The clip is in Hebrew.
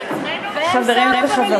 עם עצמנו?